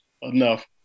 enough